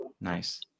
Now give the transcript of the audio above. nice